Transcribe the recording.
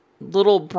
little